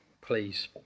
please